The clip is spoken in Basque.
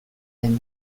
den